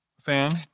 fan